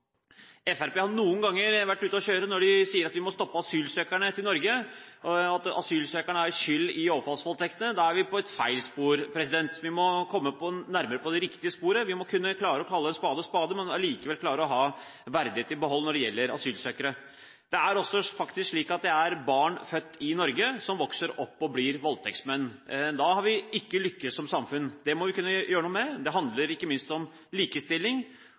Fremskrittspartiet har noen ganger vært ute å kjøre når de sier at vi må stoppe asylsøkerne som kommer til Norge, og at asylsøkerne er skyld i overfallsvoldtektene. Da er vi på et feil spor. Vi må komme inn på det riktige sporet. Vi må kunne klare å kalle en spade for en spade, men allikevel klare å ha verdigheten i behold når det gjelder asylsøkere. Det er faktisk også slik at det er barn som er født i Norge som vokser opp og blir voldtektsmenn. Da har vi ikke lyktes som samfunn. Det må vi kunne gjøre noe med. Det handler ikke minst om likestilling